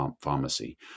pharmacy